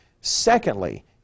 Secondly